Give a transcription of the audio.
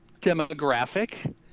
demographic